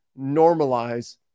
normalize